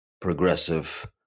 progressive